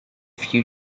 few